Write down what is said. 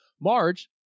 Marge